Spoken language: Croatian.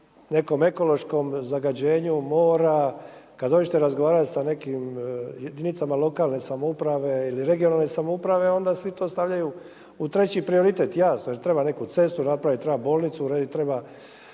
nekom ekološkom zagađenju mora, kada hoćete razgovarati sa nekim jedinicama lokalne samouprave ili regionalne samouprave onda svi to stavljaju u treći prioritet. Jasno, jel treba neku cestu napraviti, treba